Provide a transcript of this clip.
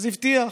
בבקשה.